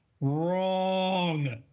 wrong